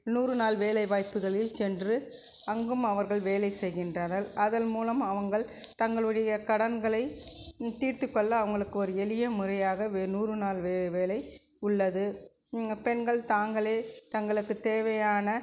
நூறு நாள் வேலை வாய்ப்புகளில் சென்று அங்கும் அவர்கள் வேலை செய்கின்றனர் அதன் மூலம் அவர்கள் தங்களுடைய கடன்களை தீர்த்து கொள்ள அவர்களுக்கு ஒரு எளிய முறையாக நூறு நாள் வே வேலை உள்ளது பெண்கள் தாங்களே தங்களுக்கு தேவையான